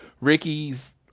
Ricky's